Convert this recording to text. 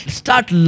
start